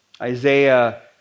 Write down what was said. Isaiah